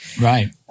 Right